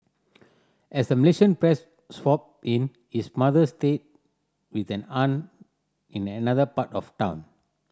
as the Malaysian press swooped in his mother stayed with an aunt in another part of town